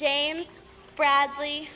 james bradley